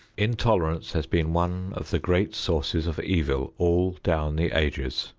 intolerance has been one of the great sources of evil all down the ages.